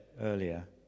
earlier